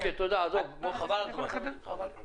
תודה, עזוב, חבל הזמן.